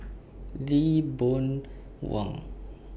Lee Boon Wang